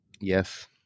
Yes